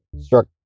struck